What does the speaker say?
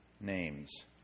names